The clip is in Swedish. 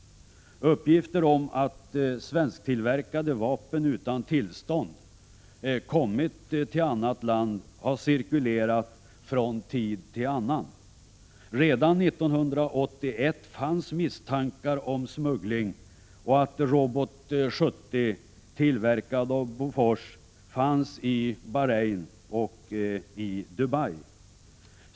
Uppgifter om att svensktillverkade vapen utan tillstånd kommit till annat land har cirkulerat från tid till annan. Redan 1981 fanns misstankar om smuggling och att Robot 70, tillverkad av Bofors, fanns i Bahrain och Dubai.